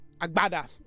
agbada